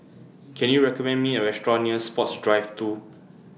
Can YOU recommend Me A Restaurant near Sports Drive two